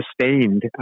sustained